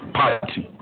party